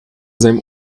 seinem